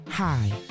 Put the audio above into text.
Hi